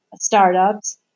startups